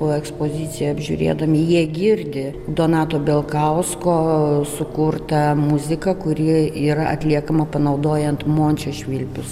po ekspoziciją apžiūrėdami jie girdi donato belkausko sukurtą muziką kuri yra atliekama panaudojant mončio švilpius